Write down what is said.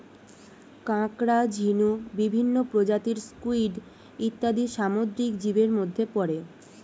কাঁকড়া, ঝিনুক, বিভিন্ন প্রজাতির স্কুইড ইত্যাদি সামুদ্রিক জীবের মধ্যে পড়ে